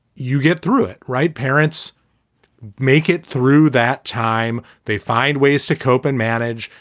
you get through it right, parents make it through that time. they find ways to cope and manage.